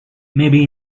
maybe